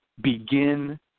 begin